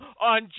on